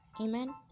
Amen